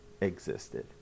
existed